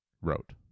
wrote